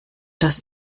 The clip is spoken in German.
das